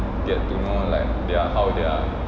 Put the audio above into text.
get to know like they are how their